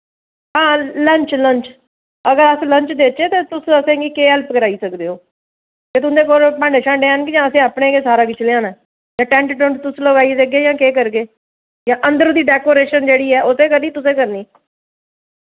हां lunch lunch अगर अस लंच देचे ते तुस असेंगी केह् हैल्प कराई सकदे ओ ते तुं'दे कोल भांडे शांडे हैन के जां असें अपना गै सारा किश लेआना ऐ जां टैंट टुन्ट तुस लोआई देगे जां केह् करगे जां अंदरूं दी डैकोरेशन जेह्ड़ी ऐ ओह् ते निं तुसें करनी